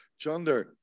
Chander